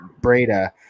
Breda